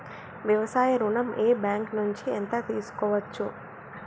వ్యవసాయ ఋణం ఏ బ్యాంక్ నుంచి ఎంత తీసుకోవచ్చు?